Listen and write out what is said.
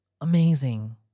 Amazing